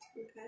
Okay